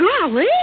Golly